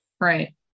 Right